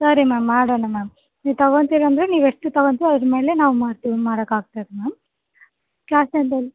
ಸರಿ ಮ್ಯಾಮ್ ಮಾಡೋಣ ಮ್ಯಾಮ್ ನೀವು ತಗೊಂತಿರ ಅಂದರೆ ನೀವು ಎಷ್ಟು ತಗೊಂತಿರಿ ಅದ್ರ ಮೇಲೆ ನಾವು ಮಾಡ್ತೀವಿ ಮಾಡಕಾಗ್ತತೆ ಮ್ಯಾಮ್ ಕ್ಯಾಶ್ ಆನ್ ಡೆಲ್